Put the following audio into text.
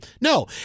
No